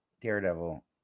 Daredevil